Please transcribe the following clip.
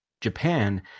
Japan